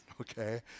okay